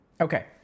Okay